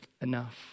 enough